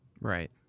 Right